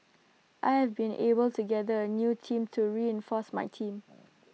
I have been able to gather A new team to reinforce my team